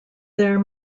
there